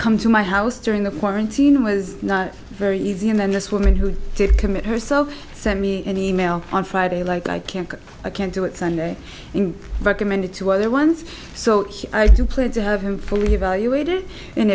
come to my house during the quarantine was not very easy and then this woman who did commit herself sent me an email on friday like i can't i can't do it sunday in recommend it to other ones so i do plan to have him fully evaluated and